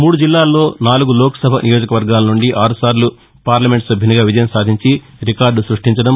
మూడు జిల్లాల్లో నాలుగు లోక్ సభ నియోజకవర్గాల నుండి ఆరుసార్లు పార్లమెంట్ సభ్యునిగా విజయం సాధించి రికార్దు సృష్టించడం